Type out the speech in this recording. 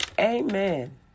Amen